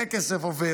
איך הכסף עובר,